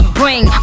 bring